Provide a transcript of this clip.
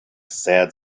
sad